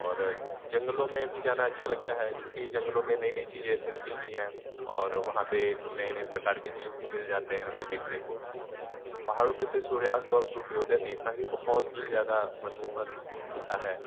और जंगलों में भी जाना अच्छा लगता है चूँकि जंगलो में नई नई चीज़ें मिलती ही है और वहाँ पे नए नए प्रकार के जीव भी मिल जाते है हमें देखने को पहाड़ों पे से सूर्यास्त और सूर्योदय देखना भी बहुत ही ज़्यादा मनमोहक होता है